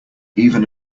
even